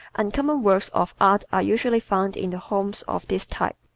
uncommon works of art are usually found in the homes of this type.